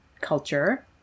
culture